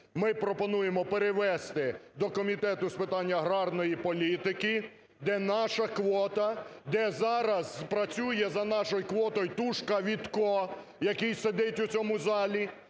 ми пропонуємо перевести до Комітету з питань аграрної політики, де наша квота, де зараз працює за нашою квотою тушка Вітко, який сидить у цьому залі.